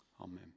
Amen